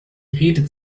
redet